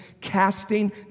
casting